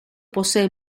posee